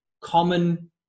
common